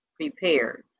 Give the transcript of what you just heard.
prepared